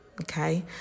okay